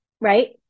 right